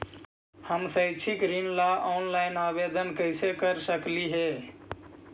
हम शैक्षिक ऋण ला ऑनलाइन आवेदन कैसे कर सकली हे?